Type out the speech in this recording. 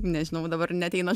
nežinau dabar neateina